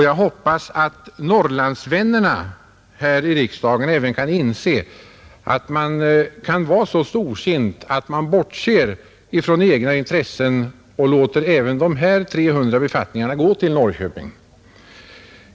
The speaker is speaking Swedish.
Jag hoppas att Norrlandsvännerna även kan inse detta och vara så storsinta att man bortser från egna intressen och låter även de här 300 befattningarna gå till Norrköping.